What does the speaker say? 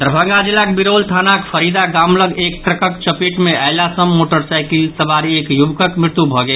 दरभंगा जिलाक बिरौल थानाक फरीदा गाम लऽग एक ट्रकक चपेट मे अयला सँ मोटरसाईकिल सवार एक युवकक मृत्यु भऽ गेल